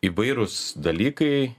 įvairūs dalykai